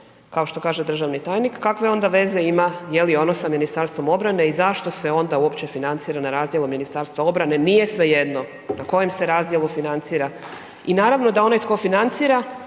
kao što kaže državni tajnik, kakve onda veze ima je li, ono sa MORH-om i zašto se onda uopće financira na razdjelu MORH-a? Nije svejedno na kojem se razdjelu financira i naravno da onaj tko financira,